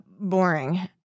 boring